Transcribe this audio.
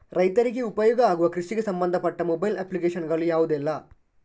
ರೈತರಿಗೆ ಉಪಯೋಗ ಆಗುವ ಕೃಷಿಗೆ ಸಂಬಂಧಪಟ್ಟ ಮೊಬೈಲ್ ಅಪ್ಲಿಕೇಶನ್ ಗಳು ಯಾವುದೆಲ್ಲ?